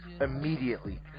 immediately